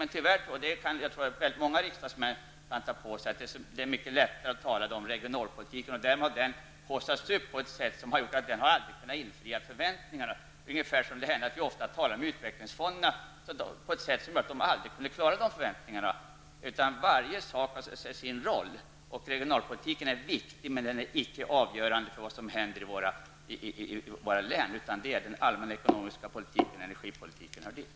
Jag tror emellertid att många riksdagsmän kan ta åt sig när jag säger att det är lättare att tala om regionalpolitiken än om detta. Regionalpolitiken har haussats upp på ett sådant sätt att den aldrig har kunnat infria förväntningarna. På samma sätt talar vi ofta om utvecklingsfonderna på ett sätt som gör att de aldrig kommer att motsvara förväntningarna. Varje sak har alltså sin roll. Och regionalpolitiken är viktig, men den är icke avgörande för vad som händer i våra län, utan det är den allmänna ekonomiska politiken, och energipolitiken hör dit.